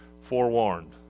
forewarned